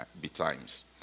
betimes